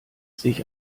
sich